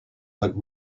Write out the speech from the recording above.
but